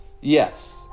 yes